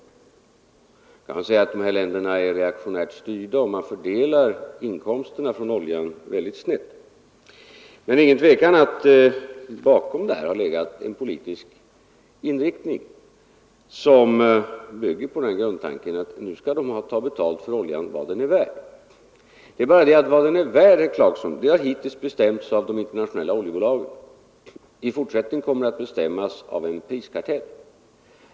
Nu kan man säga att dessa länder är reaktionärt styrda och att man där fördelar inkomsterna från oljan väldigt snett, men det är ingen tvekan om att bakom prishöjningarna har legat en politisk inriktning som bygger på den grundtanken att nu skall man ta betalt för oljan vad den är värd. Det är bara det att vad oljan är värd, herr Clarkson, har hittills bestämts av de internationella oljebolagen. I fortsättningen kommer det att bestämmas av en priskartell.